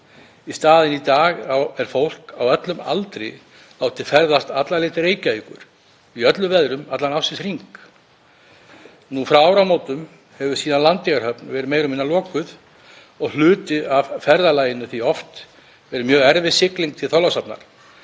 Í staðinn er fólk á öllum aldri látið ferðast alla leið til Reykjavíkur í öllum veðrum allan ársins hring. Frá áramótum hefur síðan Landeyjahöfn verið meira og minna lokuð og hluti af ferðalaginu því oft verið mjög erfið sigling til Þorlákshafnar.